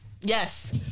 Yes